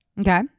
Okay